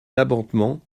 abattement